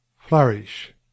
Flourish